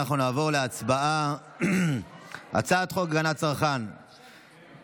אנחנו נעבור להצבעה על הצעת חוק הגנת הצרכן (תיקון,